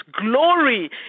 glory